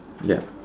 yup